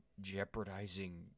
jeopardizing